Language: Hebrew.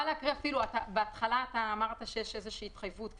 בהתחלה אמרת שיש איזו שהיא התחייבות,